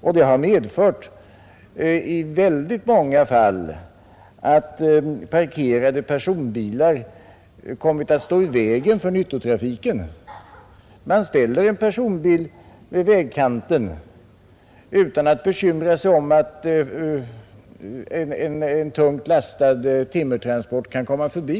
och det har i väldigt många fall medfört att parkerade personbilar kommit att stå i vägen för nyttotrafiken. Man ställer en personbil vid vägkanten utan att bekymra sig om att en tung timmertransport kan komma förbi.